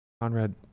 conrad